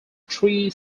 tree